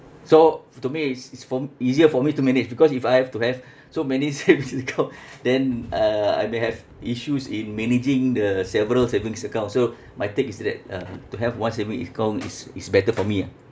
so f~ to me is is form easier for me to manage because if I have to have so many savings account then uh I may have issues in managing the several savings account so my take is that uh to have one saving account is is better for me ah